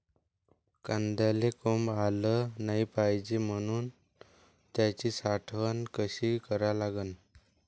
कांद्याले कोंब आलं नाई पायजे म्हनून त्याची साठवन कशी करा लागन?